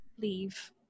leave